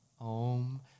Om